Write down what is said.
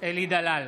אלי דלל,